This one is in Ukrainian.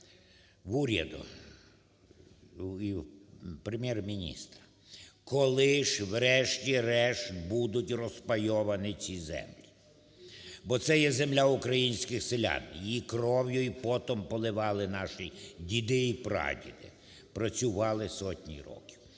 в уряду і у Прем'єр-міністра. Коли ж, врешті-решт, будуть розпайовані ці землі, бо це є земля українських селян, її кров'ю і потом поливали наші діди і прадіди, працювали сотні років.